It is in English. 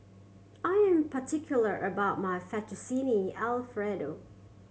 I am particular about my Fettuccine Alfredo